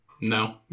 No